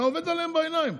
אתה עובד עליהם בעיניים.